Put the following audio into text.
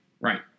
Right